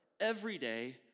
everyday